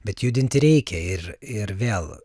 bet judinti reikia ir ir vėl